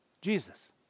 Jesus